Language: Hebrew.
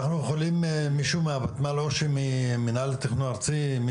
מהוותמ"ל או ממינהל התכנון הארצי,